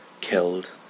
killed